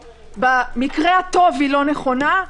במקרה הטוב היא אינה נכונה.